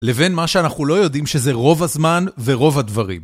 לבין מה שאנחנו לא יודעים, שזה רוב הזמן, ורוב הדברים.